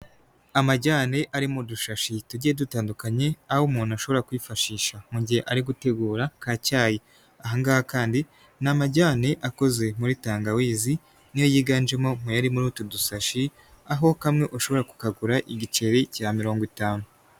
Amajyane ari mu dushashi tugiye dutandukanye aho umuntu ashobora kwifashisha mu gihe ari gutegura kacyayi. Ahangaha kandi ni amajyane akoze muri tangawizi niyo yiganjemo muyari muri utu dusashi aho kamwe ushobora kukagura igiceri cya mirongo itanu.